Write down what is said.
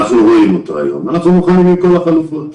ראינו אותו היום ואנחנו מוכנים עם כל החלופות.